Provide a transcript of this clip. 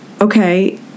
Okay